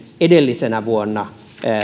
edellisenä vuonna